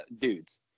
dudes